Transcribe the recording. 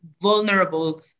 vulnerable